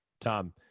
Tom